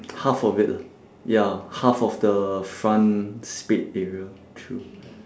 half of it lah ya half of the front spade area true